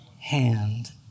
hand